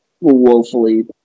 woefully